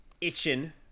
itching